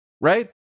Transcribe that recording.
right